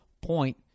point